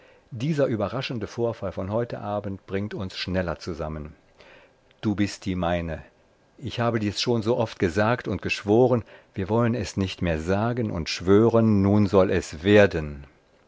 dieser überraschende vorfall von heute abend bringt uns schneller zusammen du bist die meine ich habe dirs schon so oft gesagt und geschworen wir wollen es nicht mehr sagen und schwören nun soll es werden